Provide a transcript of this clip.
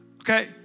Okay